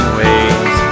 ways